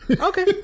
okay